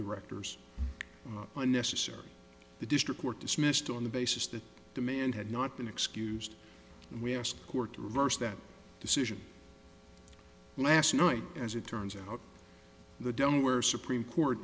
directors unnecessary the district court dismissed on the basis that demand had not been excused when asked court to reverse that decision last night as it turns out the delaware supreme court